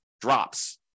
drops